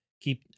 Keep